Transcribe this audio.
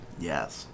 yes